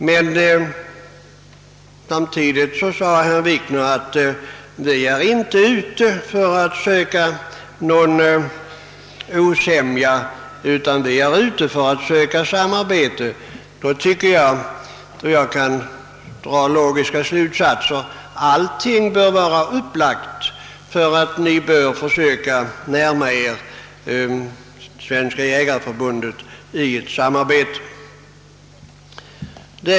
Men herr Wikner sade också att »vi är inte ute för att söka någon osämja, utan vi är ute för att söka samarbete». Då tycker jag att den logiska slutsatsen är att allting är upplagt för att ni bör försöka närma er Svenska jägareförbundet i ett samarbete.